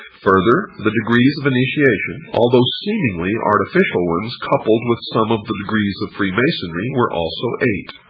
further the degrees of initiation, although seemingly artificial ones coupled with some of the degrees of freemasonry, were also eight,